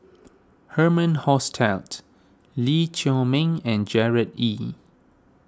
Herman Hochstadt Lee Chiaw Meng and Gerard Ee